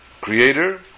creator